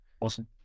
Awesome